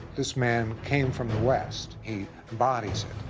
this man came from the west. he embodies